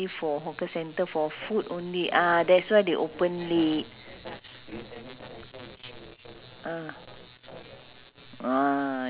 the chicken when they cook the types of uh they cook the uh indonesia style there's a special sauce to it